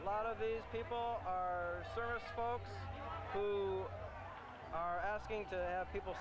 a lot of these people who are asking people